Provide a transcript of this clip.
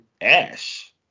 Ash